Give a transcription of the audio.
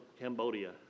Cambodia